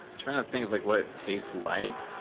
trying to think like what it tastes like,